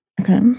Okay